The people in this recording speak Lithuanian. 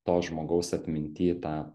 to žmogaus atminty tą